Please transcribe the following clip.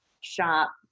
shop